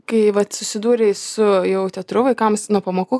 kai vat susidūrei su jau teatru vaikams nuo pamokų